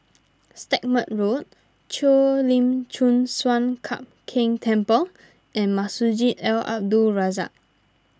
Stagmont Road Cheo Lim Chin Sun Lian Hup Keng Temple and Masjid Al Abdul Razak